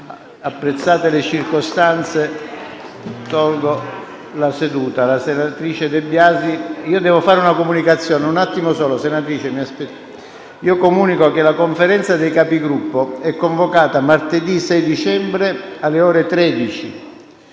apprezzate le circostanze,